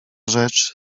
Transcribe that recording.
rzecz